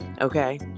Okay